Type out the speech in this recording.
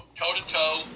toe-to-toe